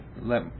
let